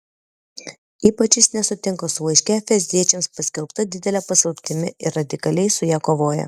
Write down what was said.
ypač jis nesutinka su laiške efeziečiams paskelbta didele paslaptimi ir radikaliai su ja kovoja